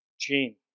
Gene